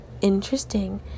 interesting